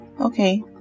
Okay